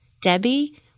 Debbie